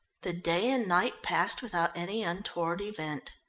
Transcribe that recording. the day and night passed without any untoward event.